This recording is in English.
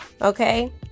okay